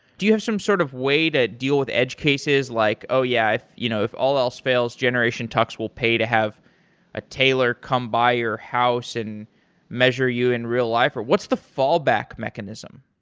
do you have some sort of way to deal with edge cases, like, oh, yeah. if you know if all else fails, fails, generation tux will pay to have a tailor come by your house and measure you in real-life. what's the fallback mechanism?